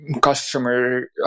customer